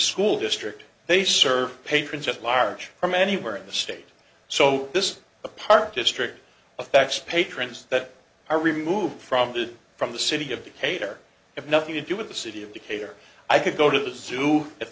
school district they serve patrons at large from anywhere in the state so this is a park district affects patrons that are removed from the from the city of decatur and nothing to do with the city of decatur i could go to the zoo if